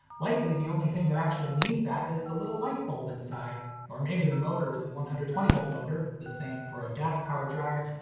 likely the only thing that actually needs that is the little light bulb inside. or maybe the motor is a one hundred and twenty v motor, the same for a gas-powered dryer